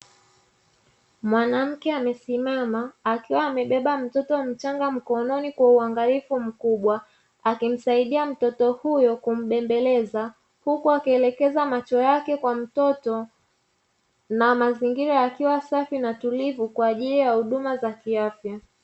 Mwanamke amesimama akiwa amebeba mtoto mchanga mkononi kwa uangalifu mkubwa, akimsaidia mtoto huyo kumbembeleza huku akielekeza macho yake kwa mtoto na mazingira yakiwa safi na utulivu kwa ajili ya huduma za kiafya.